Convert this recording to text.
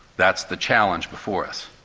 that's the challenge before us.